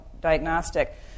diagnostic